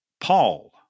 Paul